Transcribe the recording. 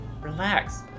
relax